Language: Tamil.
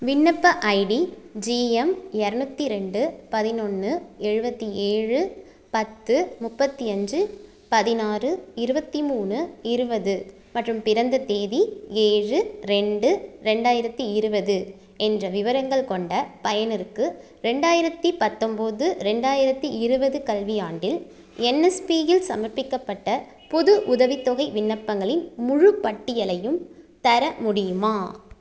விண்ணப்ப ஐடி ஜி எம் எரநூத்தி ரெண்டு பதினொன்று எழுபத்தி ஏழு பத்து முப்பத்தி அஞ்சு பதினாறு இருபத்தி மூணு இருபது மற்றும் பிறந்த தேதி ஏழு ரெண்டு ரெண்டாயிரத்தி இருபது என்ற விவரங்கள் கொண்ட பயனருக்கு ரெண்டாயிரத்தி பத்தொம்போது ரெண்டாயிரத்தி இருபது கல்வியாண்டில் என்எஸ்பியில் சமர்ப்பிக்கப்பட்ட புது உதவித்தொகை விண்ணப்பங்களின் முழுப்பட்டியலையும் தர முடியுமா